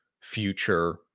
future